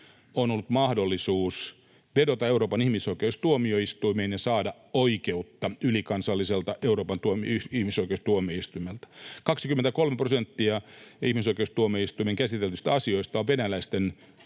on ollut mahdollisuus vedota Euroopan ihmisoikeustuomioistuimeen ja saada oikeutta ylikansalliselta Euroopan ihmisoikeustuomioistuimelta. 23 prosenttia ihmisoikeustuomioistuimen käsitellyistä asioista on venäläisten